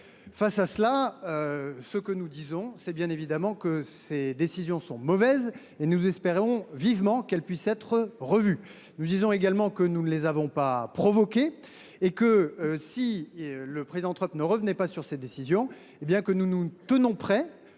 Face à cette situation, nous disons bien évidemment que ces décisions sont mauvaises et nous espérons vivement qu’elles puissent être revues. Nous disons également que nous ne les avons pas provoquées et que, si le président Trump ne revenait pas dessus, nous nous tenons prêts,